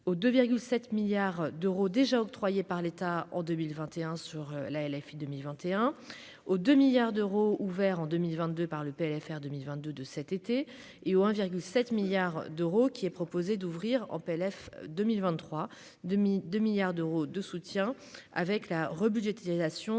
aux 2 7 milliards d'euros déjà octroyés par l'État en 2021 sur la LFI 2 21 aux 2 milliards d'euros, ouvert en 2022 par le PLFR 2022 de cet été et au 1 virgule 7 milliards d'euros, qui est proposé d'ouvrir en PLF 2023 2000 2 milliards d'euros de soutien avec la rebudgétisation